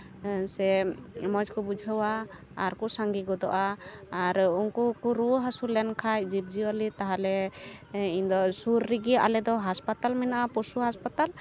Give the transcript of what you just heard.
ᱥᱮ ᱢᱚᱡᱽ ᱠᱚ ᱵᱩᱡᱷᱟᱹᱣᱟ ᱟᱨᱠᱚ ᱥᱟᱸᱜᱮ ᱜᱚᱫᱚᱜᱼᱟ ᱟᱨᱚ ᱩᱱᱠᱩ ᱠᱚ ᱨᱩᱣᱟᱹ ᱦᱟᱥᱩ ᱞᱮᱱᱠᱷᱟᱡ ᱡᱤᱵᱼᱡᱤᱭᱟᱹᱞᱤ ᱛᱟᱦᱞᱮ ᱤᱧ ᱫᱚ ᱥᱩᱨ ᱨᱮᱜᱮ ᱟᱞᱮ ᱫᱚ ᱦᱟᱸᱥᱯᱟᱛᱟᱞ ᱢᱮᱱᱟᱜᱼᱟ ᱯᱚᱥᱩ ᱦᱟᱸᱥᱯᱟᱛᱟᱞ